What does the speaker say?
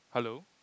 hello